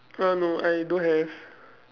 err no I don't have